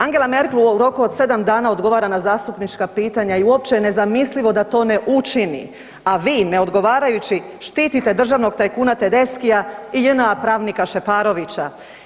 Angela Merkel u roku od 7 dana odgovara na zastupnička pitanja i uopće je nezamislivo da to ne učini, a vi neodgovarajući štitite državnog tajkuna Tedeschija i JNA pravnika Šeparovića.